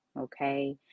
okay